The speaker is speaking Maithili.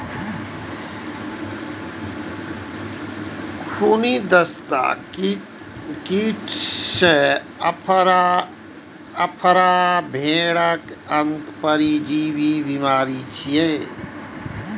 खूनी दस्त, कीटोसिस, आफरा भेड़क अंतः परजीवी बीमारी छियै